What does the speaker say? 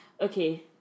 Okay